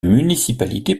municipalité